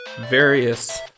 various